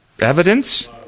Evidence